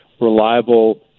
reliable